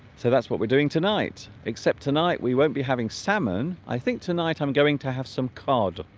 so that's what we're doing tonight except tonight we won't be having salmon i think tonight i'm going to have some card